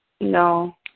No